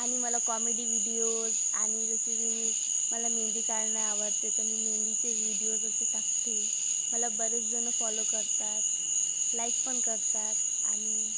आणि मला comedy videos आणि जसे की मी मला मेहंदी काढणे आवडते तर मी मेहंदीचेच विडीओज् असे टाकते मला बरेच जण फॉलो करतात लाइक पण करतात आणि